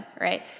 right